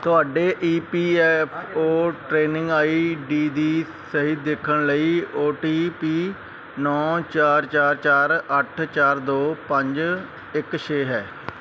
ਤੁਹਾਡੇ E P F O training I D ਦੀ ਸਥਿਤੀ ਦੇਖਣ ਲਈ ਓ ਟੀ ਪੀ ਨੌਂ ਚਾਰ ਚਾਰ ਚਾਰ ਅੱਠ ਚਾਰ ਦੋ ਪੰਜ ਇੱਕ ਛੇ ਹੈ